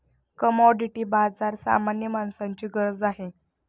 commodity बाजार सामान्य माणसाची गरज आहे